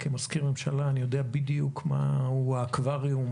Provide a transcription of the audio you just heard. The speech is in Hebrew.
כמזכיר ממשלה אני יודע בדיוק מהו "האקווריום",